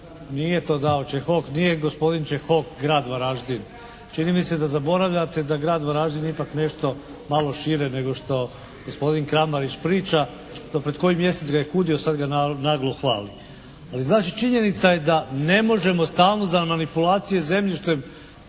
nije to dao Čehok, nije gospodin Čehok Grad Varaždin. Čini mi se da zaboravljate da je Grad Varaždin ipak nešto malo šire nego što gospodin Kramarić priča. Pred koji mjesec ga je kudio, sad ga naglo hvali. Ali znači, činjenica je da ne možemo za manipulacije zemljištem